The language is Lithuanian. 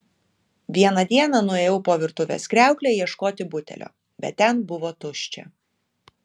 vieną dieną nuėjau po virtuvės kriaukle ieškoti butelio bet ten buvo tuščia